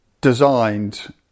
designed